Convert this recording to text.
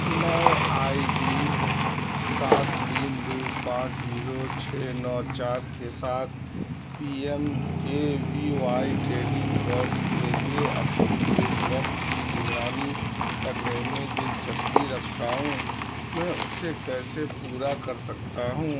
میں I D سات تین دو پانچ زیرو چھ نو چار کے ساتھ P M K V Y training course کے لیے اپنی پیش رفت کی نگرانی کرنے میں دلچسپی رکھتا ہوں میں اسے کیسے پورا کر سکتا ہوں